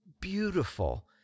beautiful